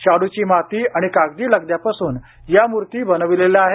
शाड्रची माती आणि कागदी लगद्यापासून या मूर्ती बनविलेल्या आहेत